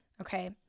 okay